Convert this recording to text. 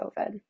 COVID